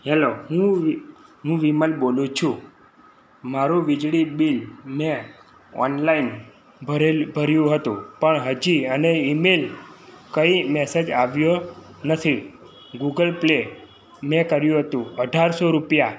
hello હું હું વિમલ બોલું છું મારું વીજળી બિલ મેં ઓનલાઈન ભર્યું હતું પણ હજી અને ઈમેલ કંઈ મેસેજ આવ્યો નથી ગૂગલ પ્લે મેં કર્યું હતું અઢારસો રૂપિયા